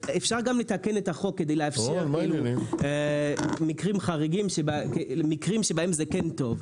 אפשר גם לתקן את החוק כדי לאפשר מקרים חריגים שבהם זה כן טוב,